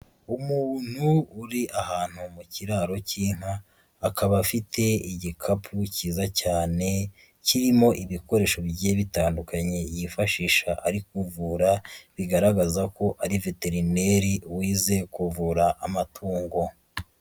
Umuntu uri ahantu mu kiraro cy'inka, akaba afite igikapu cyiza cyane kirimo ibikoresho bigiye bitandukanye yifashisha ari kuvura bigaragaza ko ari veterineri wize kuvura amatungo.